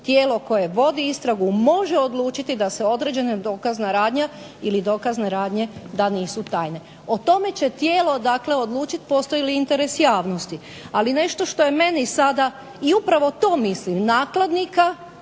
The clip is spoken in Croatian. tijelo koje vodi istragu može odlučiti da se određena dokazana radnja ili dokazne radnje da nisu tajne. O tome će tijelo dakle odlučiti postoji li interes javnosti. A nešto što je meni sada, upravo to mislim nakladnika